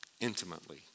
intimately